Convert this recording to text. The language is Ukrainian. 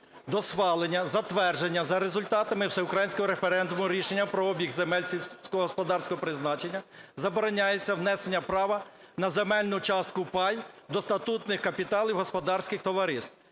"До схвалення (затвердження) за результатами всеукраїнського референдуму рішення про обіг земель сільськогосподарського призначення забороняється внесення права на земельну частку (пай) до статутних капіталів господарських товариств".